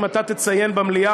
אם אתה תציין במליאה,